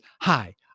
Hi